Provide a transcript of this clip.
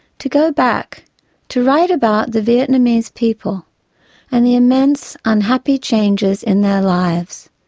to go back to write about the vietnamese people and the immense unhappy changes in their lives,